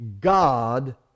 God